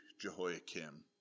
Jehoiakim